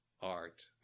art